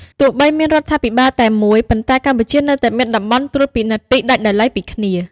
ទោះបីមានរដ្ឋាភិបាលតែមួយ ប៉ុន្តែកម្ពុជានៅតែមានតំបន់ត្រួតពិនិត្យពីរដាច់ដោយឡែកពីគ្នា។